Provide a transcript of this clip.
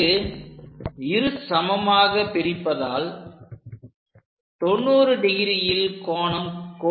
இங்கு இரு சமமாக பிரிப்பதால் 90 டிகிரியில் கோடு கிடைக்கின்றது